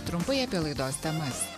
trumpai apie laidos temas